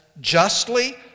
justly